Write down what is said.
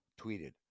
tweeted